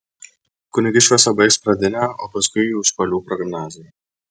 kunigiškiuose baigs pradinę o paskui į užpalių progimnaziją